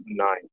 2009